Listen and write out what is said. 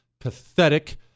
Pathetic